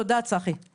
צחי, תודה.